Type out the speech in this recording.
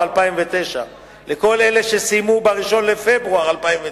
2009. לכל אלה שסיימו ב-1 בפברואר 2009,